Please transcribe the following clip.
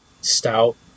stout